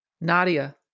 Nadia